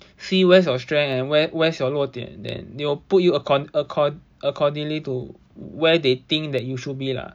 see where is your strength and where where's your 落点 then they will put you accor~ accord accordingly to where they think that you should be lah